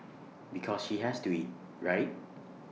because she has to eat right